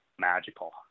magical